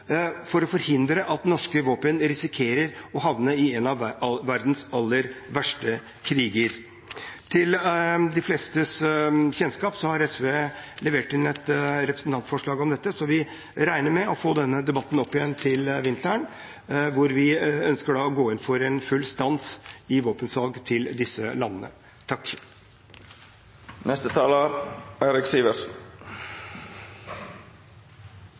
for å forhindre at norske våpen risikerer å havne i en av verdens aller verste kriger? Til de flestes kjennskap har SV levert inn et representantforslag om dette, hvor vi ønsker å gå inn for en full stans i våpensalg til disse landene, så vi regner med å få denne debatten opp igjen til vinteren. Jeg er ikke riktig ferdig med Svalbard for i dag. Jeg lyttet nøye da